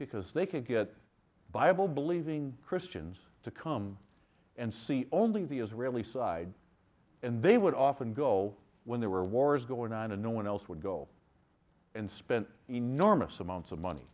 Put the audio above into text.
because they could get bible believing christians to come and see only the israeli side and they would often go when there were wars going on and no one else would go and spent enormous amounts of money